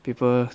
people